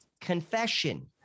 Confession